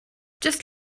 just